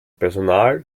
personal